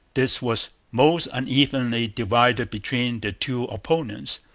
this was most unevenly divided between the two opponents.